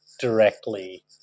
directly